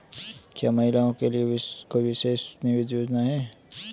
क्या महिलाओं के लिए कोई विशेष निवेश योजना है?